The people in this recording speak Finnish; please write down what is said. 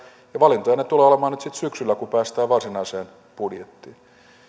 valintoja ja valintoja ne tulevat olemaan nyt sitten syksyllä kun päästään varsinaiseen budjettiin